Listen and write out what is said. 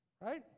Right